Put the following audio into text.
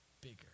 bigger